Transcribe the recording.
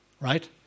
right